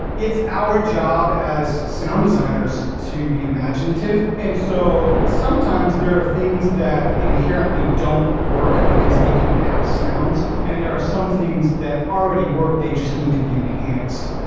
it's our job, as sound designers, to be imaginative, and so sometimes there are things that inherently don't work because they don't have sounds, and there are some things that already work, they just need to be enhanced.